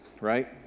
right